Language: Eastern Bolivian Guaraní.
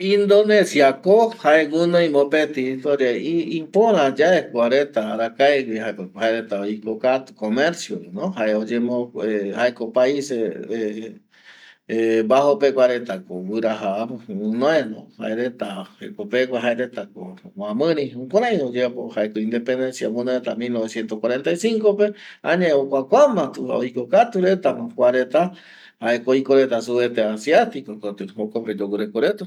﻿Indonesia ko jae gunoi mopeti historia i ipora yae kuareta arakaegue jareko jaereta oikokatu comercioreno jae oyemo jaeko paises bajo pegua reta guiraja äpo guinoe jaereta jekopegua, jaeretako opomoamuri jukurei oyeapo jaeko independencia guinoi reta mil novecientos cuarenta y cincope añae okuakuama oiko katu retama kuareta jaeko oiko reta sud este asiatico koti, jokope yoguireko reta